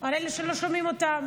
על אלה שלא שומעים אותם,